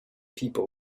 people